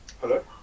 Hello